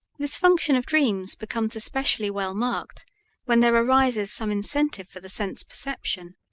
this function of dreams becomes especially well marked when there arises some incentive for the sense perception.